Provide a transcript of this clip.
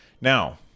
now